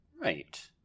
Right